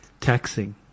Taxing